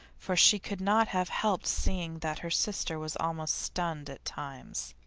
for she could not have helped seeing that her sister was almost stunned at times.